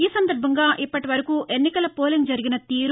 ఈసందర్భంగా ఇప్పటివరకు ఎన్నికల పోలింగ్ జరిగిన తీరు